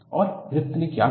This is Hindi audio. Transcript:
और ग्रिफ़िथ ने क्या किया